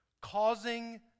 causing